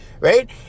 right